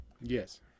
Yes